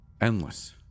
endless